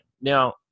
Now